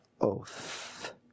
oath